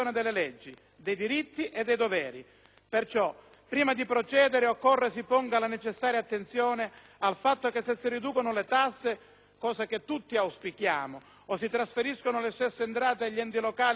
questo, prima di procedere, occorre si ponga la necessaria attenzione al fatto che se si riducono le tasse, cosa che tutti auspichiamo, o si trasferiscono le stesse entrate agli enti locali per far fronte ai minori trasferimenti dello Stato,